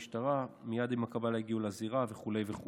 שזה העיר לו כי הוא אינו עוטה מסכה כנדרש.